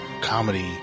Comedy